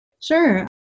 Sure